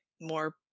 more